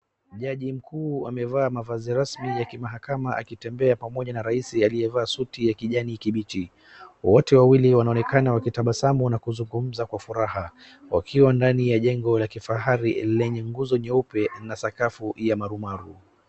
Jaji mkuu amevaa mavazi rasmi ya kimahakama akitembea pamoja na rais aliyevaa suti ya kijani kimbichi. Wote wawili wanaonekana wakitabasamu na kuzungumza kwa furaha wakiwa ndani ya jengo la kifahari lenye nguzo nyeupe na sakafu ya marumaru.